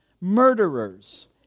murderers